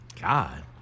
God